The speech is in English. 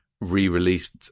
re-released